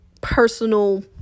personal